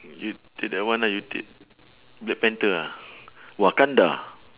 you take that one ah you take black panther ah wakanda